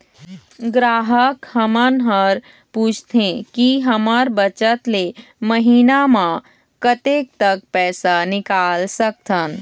ग्राहक हमन हर पूछथें की हमर बचत ले महीना मा कतेक तक पैसा निकाल सकथन?